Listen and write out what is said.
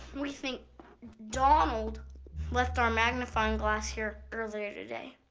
we think donald left our magnifying glass here earlier today.